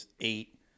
eight